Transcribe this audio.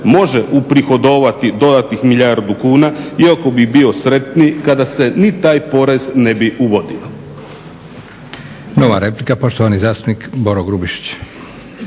može uprihodovati dodatnih milijardu kuna. Iako bih bio sretniji kada se ni taj porez ne bi uvodio.